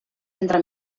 entre